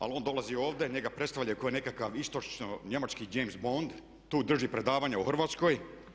Ali on dolazi ovdje, njega predstavljaju kao nekakav istočno njemački James Bond, tu drži predavanja u Hrvatskoj.